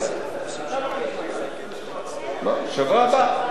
בשבוע הבא.